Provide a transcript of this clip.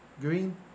green